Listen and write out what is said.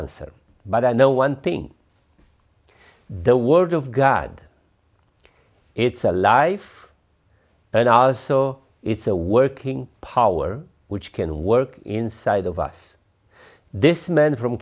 answer but i know one thing the word of god it's a life there are so it's a working power which can work inside of us this man from